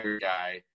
Guy